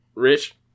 Rich